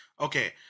okay